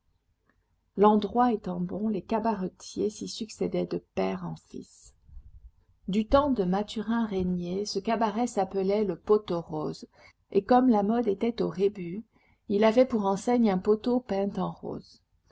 l'endroit étant bon les cabaretiers s'y succédaient de père en fils du temps de mathurin régnier ce cabaret s'appelait le pot aux roses et comme la mode était aux rébus il avait pour enseigne un poteau peint en rose